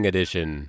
Edition